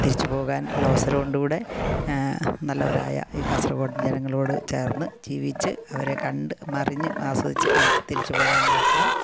തിരിച്ച് പോകാൻ ഉള്ള അവസരം ഉണ്ടിവിടെ നല്ലവരായ ഈ കാസർഗോഡ് ജനങ്ങളോട് ചേർന്ന് ജീവിച്ച് അവരെ കണ്ട് മറിഞ്ഞ് ആസ്വദിച്ച് മ തിരിച്ച് പോകാനുള്ള അവസരം